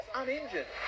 uninjured